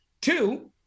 Two